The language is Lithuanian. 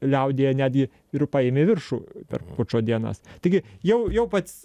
liaudyje netgi ir paėmė viršų per pučo dienas taigi jau jau pats